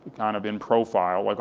kind of in profile, like